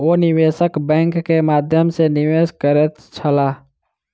ओ निवेशक बैंक के माध्यम सॅ निवेश करैत छलाह